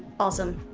awesome.